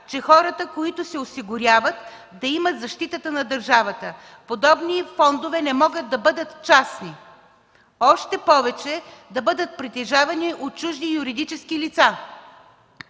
че хората, които се осигуряват, да имат защитата на държавата. Подобни фондове не могат да бъдат частни, още повече да бъдат притежавани от чужди юридически лица.